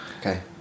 Okay